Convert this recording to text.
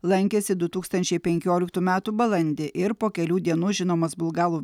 lankėsi du tūkstančiai penkioliktų metų balandį ir po kelių dienų žinomas bulgalų